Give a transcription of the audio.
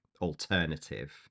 alternative